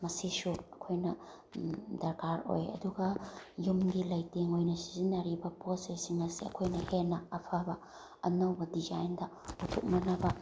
ꯃꯁꯤꯁꯨ ꯑꯩꯈꯣꯏꯅ ꯗ꯭ꯔꯀꯥꯔ ꯑꯣꯏ ꯑꯗꯨꯒ ꯌꯨꯝꯒꯤ ꯂꯩꯇꯦꯡ ꯑꯣꯏꯅ ꯁꯤꯖꯤꯟꯅꯔꯤꯕ ꯄꯣꯠ ꯆꯩꯁꯤꯡ ꯑꯁꯦ ꯑꯩꯈꯣꯏꯅ ꯍꯦꯟꯅ ꯑꯐꯕ ꯑꯅꯧꯕ ꯗꯤꯖꯥꯏꯟꯗ ꯄꯨꯊꯣꯛꯅꯅꯕ